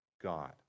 God